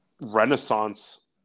Renaissance